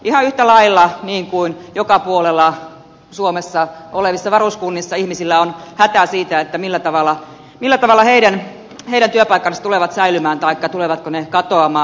ihan yhtä lailla niin kuin joka puolella suomea olevissa varuskunnissa ihmisillä on hätä siitä millä tavalla heidän työpaikkansa tulevat säilymään taikka tulevatko ne katoamaan